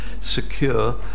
secure